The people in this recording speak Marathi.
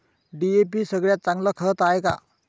डी.ए.पी सगळ्यात चांगलं खत हाये का?